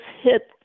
hit